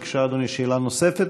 בבקשה, אדוני, שאלה נוספת.